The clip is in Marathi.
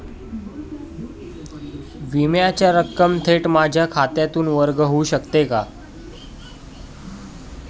विम्याची रक्कम थेट माझ्या खात्यातून वर्ग होऊ शकते का?